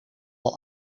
wel